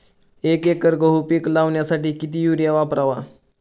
एक एकर गहू पीक लावण्यासाठी किती युरिया वापरावा?